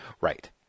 Right